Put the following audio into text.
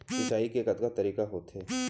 सिंचाई के कतका तरीक़ा होथे?